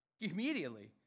Immediately